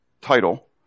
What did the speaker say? title